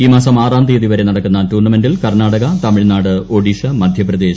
ഈ മാസം ആറാം തീയതി വൂര്െ നട്ട്ക്കുന്ന ടൂർണമെന്റിൽ കർണാടക തമിഴ്നാട് ഒഡിഷ മധ്യപ്രദ്ദേൾ